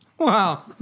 Wow